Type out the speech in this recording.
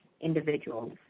individuals